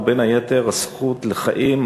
ובין היתר הזכות לחיים,